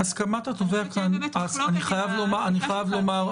אני חייב לומר.